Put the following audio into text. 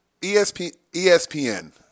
ESPN